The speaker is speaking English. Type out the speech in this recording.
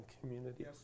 community